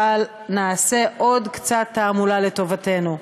אבל נעשה עוד קצת תעמולה לטובתנו.